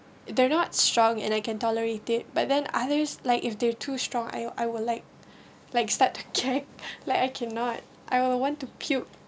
they're not strong and I can tolerate it but then others like if they're too strong I I will like like start to gag like I cannot I will want to puke